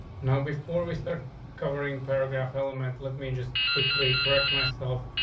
now, before we start covering paragraph element, let me just quickly correct myself.